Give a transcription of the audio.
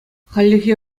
хальлӗхе